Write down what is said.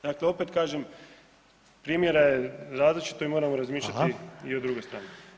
Dakle, opet kažem, primjera je različito i moramo razmišljati i o drugoj strani.